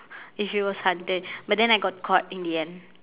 if it was haunted but then I got caught in the end